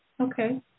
Okay